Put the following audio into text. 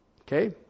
Okay